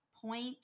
point